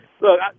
Look